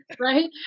Right